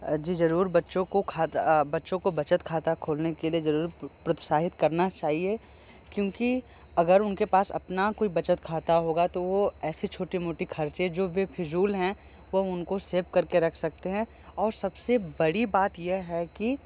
अजी जरुर बच्चों को खा बच्चों को बचत खाता खोलने के लिए जरूर प्रोत्साहित करना चाहिए क्योंकि अगर उनके पास अपना कोई बचत खाता होगा तो वो ऐसे छोटे मोटे खर्चे जो भी फ़िजूल हैं वह उनको सेफ करके रख सकते हैं और सबसे बड़ी बात यह हैं कि